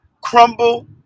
crumble